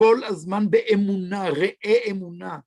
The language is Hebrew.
כל הזמן באמונה, ראה אמונה.